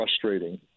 frustrating